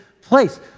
place